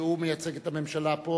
ושהוא מייצג את הממשלה פה,